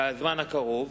בזמן הקרוב,